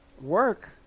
work